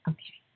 Okay